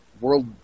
world